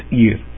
year